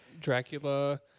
Dracula